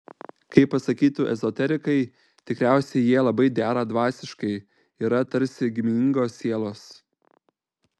kaip pasakytų ezoterikai tikriausiai jie labai dera dvasiškai yra tarsi giminingos sielos